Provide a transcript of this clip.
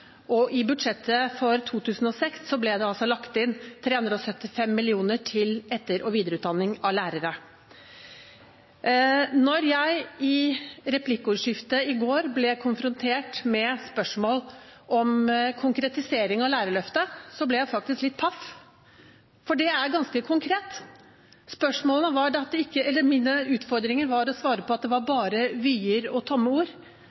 og i budsjettet for 2006 ble det altså lagt inn 375 mill. kr til etter- og videreutdanning av lærere. Da jeg i replikkordskiftet i går ble konfrontert med spørsmål om konkretisering av Lærerløftet, ble jeg faktisk litt paff, for det er ganske konkret. Min utfordring var å svare på at det var bare vyer og tomme ord. Det er det virkelig ikke – det